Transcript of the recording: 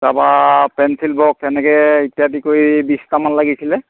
তাৰপা pencil box এনেকৈ ইত্যাদি কৰি বিছটামান লাগিছিলে